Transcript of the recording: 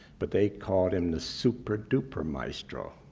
but they called him the super duper maestro.